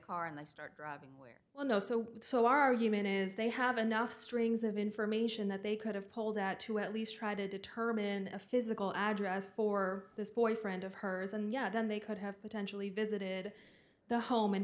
car and they start driving well no so the argument is they have enough strings of information that they could have pulled out to at least try to determine a physical address for this boyfriend of hers and then they could have potentially visited the home and